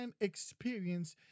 Experience